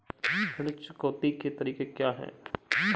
ऋण चुकौती के तरीके क्या हैं?